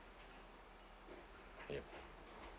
yup